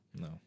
No